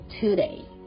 today